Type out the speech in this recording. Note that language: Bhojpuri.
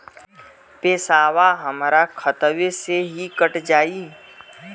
पेसावा हमरा खतवे से ही कट जाई?